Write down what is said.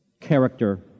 Character